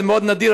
זה מאוד נדיר,